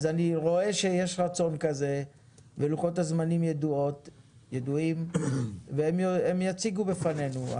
אז אני רואה שיש רצון כזה ולוחות הזמנים ידועים והם יציגו בפנינו.